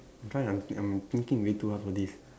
try ah I'm I'm thinking way too hard for this